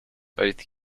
both